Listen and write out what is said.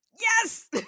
yes